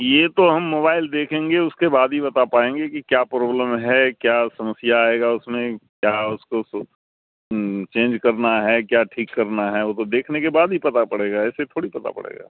یہ تو ہم موبائل دیکھیں گے اس کے بعد ہی بتا پائیں گے کہ کیا پرابلم ہے کیا سمسیا آئے گا اس میں کیا اس کو چینج کرنا ہے کیا ٹھیک کرنا ہے وہ تو دیکھنے کے بعد ہی پتہ پڑے گا ایسے تھوڑی پتہ پڑے گا